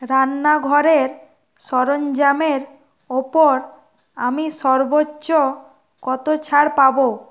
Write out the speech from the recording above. রান্নাঘরের সরঞ্জামের ওপর আমি সর্বোচ্চ কত ছাড় পাবো